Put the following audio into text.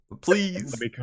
Please